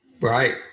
Right